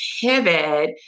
pivot